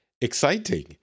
exciting